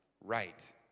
right